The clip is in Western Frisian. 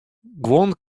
guon